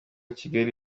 kigali